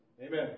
Amen